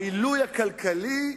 העילוי הכלכלי,